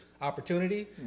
opportunity